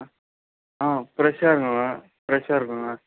ஆ ஆ ஃப்ரெஷ்ஷாக இருக்குதுங்க ஃப்ரெஷ்ஷாக இருக்குதுங்க